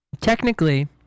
Technically